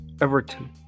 Everton